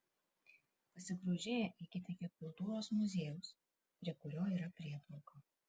pasigrožėję eikite iki kultūros muziejaus prie kurio yra prieplauka